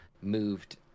moved